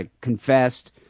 confessed